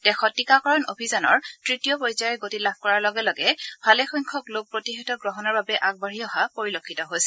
দেশত টীকাকৰণ অভিযানৰ তৃতীয় পৰ্যায়ে গতি লাভ কৰাৰ লগে লগে ভালেসংখ্যক লোক প্ৰতিষেধক গ্ৰহণৰ বাবে আগবাঢ়ি অহা পৰিলক্ষিত হৈছে